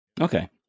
Okay